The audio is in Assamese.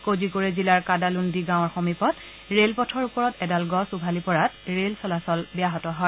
ক'জিকোড়ে জিলাৰ কাদালুন্দি গাঁৱৰ সমীপত ৰেলপথৰ ওপৰত এডাল গছ উভালি পৰাত ৰেল চলাচল ব্যাহত হয়